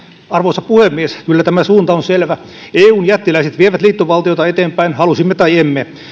arvoisa puhemies kyllä tämä suunta on selvä eun jättiläiset vievät liittovaltiota eteenpäin halusimme tai emme